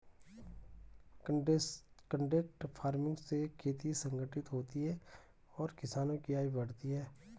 contract farming से खेती संगठित होती है और किसानों की आय बढ़ती है